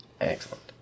Excellent